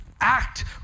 Act